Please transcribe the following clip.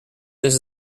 this